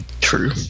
true